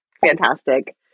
fantastic